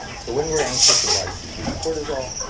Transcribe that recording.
so when we're anxious the body secretes cortisol,